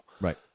Right